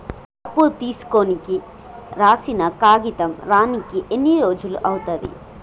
అప్పు తీసుకోనికి రాసిన కాగితం రానీకి ఎన్ని రోజులు అవుతది?